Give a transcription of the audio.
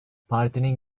partinin